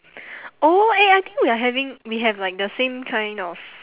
oh eh I think we are having we have like the same kind of